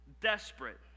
desperate